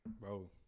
bro